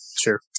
sure